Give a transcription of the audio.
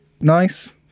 nice